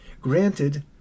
granted